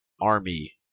army